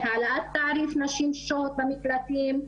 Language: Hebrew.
בהעלאת תעריף נשים ששוהות במקלטים,